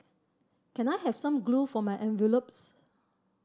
can I have some glue for my envelopes